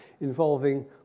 involving